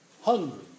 Hungry